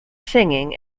singing